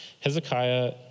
Hezekiah